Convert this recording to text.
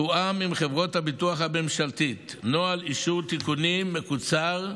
תואם עם חברות הביטוח הממשלתית נוהל אישור תיקונים מקוצר,